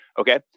okay